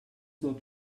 not